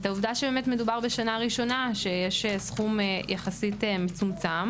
את העובדה שמדובר בשנה ראשונה שיש יחסית סכום מצומצם